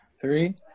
Three